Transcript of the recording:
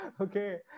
Okay